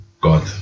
God